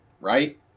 right